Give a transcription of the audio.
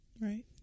right